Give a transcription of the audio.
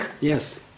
Yes